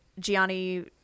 Gianni